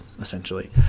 essentially